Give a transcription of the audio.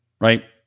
right